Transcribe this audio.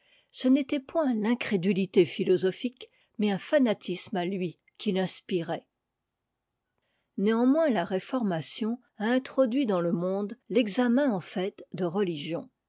ce n'était point l'incrédulité philosophique mais un fanatisme à lui qui l'inspirait néanmoins la réformation a introduit dans le monde l'examen en fait de religion